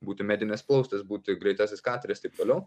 būti medinis plaustas būti greitesnis kateris taip toliau